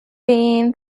been